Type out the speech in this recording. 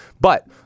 But-